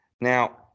now